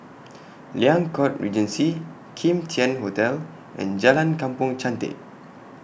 Liang Court Regency Kim Tian Hotel and Jalan Kampong Chantek